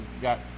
got